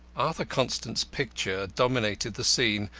arthur constant's picture dominated the scene,